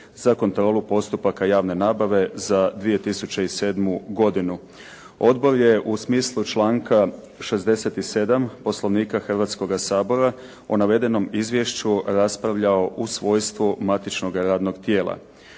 za kontrolu postupaka javne nabave za 2007. godinu. Odbor je u smislu članka 67. Poslovnika Hrvatskoga sabora o navedenom izvješću raspravljao u svojstvu matičnoga radnog tijela.